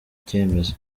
cyemezo